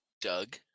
Doug